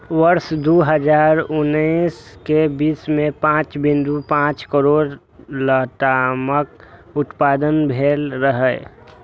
वर्ष दू हजार उन्नैस मे विश्व मे पांच बिंदु पांच करोड़ लतामक उत्पादन भेल रहै